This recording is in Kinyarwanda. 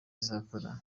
izakora